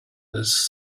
this